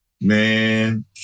man